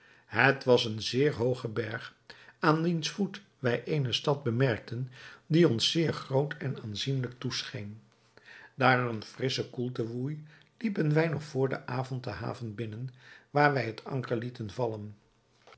het was een zeer hooge berg aan wiens voet wij eene stad bemerkten die ons zeer groot en aanzienlijk toescheen daar er eene frissche koelte woei liepen wij nog vr den avond de haven binnen waar wij het anker lieten vallen